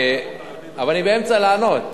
כבוד השר, אבל אני באמצע התשובה.